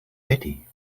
ready